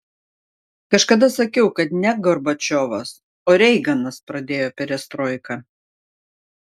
kažkada sakiau kad ne gorbačiovas o reiganas pradėjo perestroiką